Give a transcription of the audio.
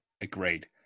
agreed